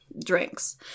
Drinks